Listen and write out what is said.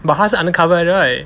but 他是 undercover 来的 right